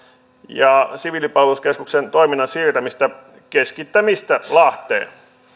ja siviilipalveluskeskuksen toiminnan siirtämistä keskittämistä lahteen